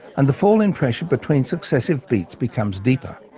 and the fall in pressure between successive beats becomes deeper.